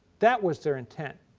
that was their intent.